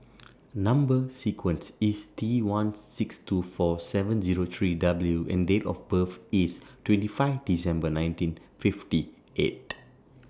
Number sequence IS T one six two four seven Zero three W and Date of birth IS twenty five December nineteen fifty eight